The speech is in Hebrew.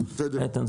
איתן,